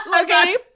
Okay